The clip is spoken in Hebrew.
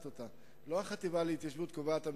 והחטיבה להתיישבות מבצעת אותה.